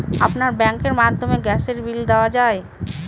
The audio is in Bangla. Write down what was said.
আপনার ব্যাংকের মাধ্যমে গ্যাসের বিল কি দেওয়া য়ায়?